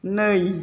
नै